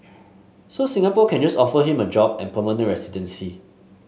so Singapore can just offer him a job and permanent residency